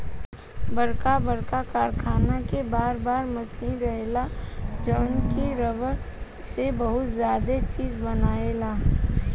बरका बरका कारखाना में बर बर मशीन रहेला जवन की रबड़ से बहुते ज्यादे चीज बनायेला